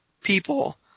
people